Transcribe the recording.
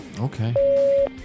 Okay